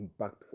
impactful